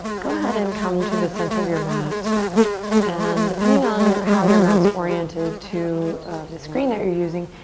go ahead and come to the center of your mat and depending on how your mat's oriented to the screen that you're using,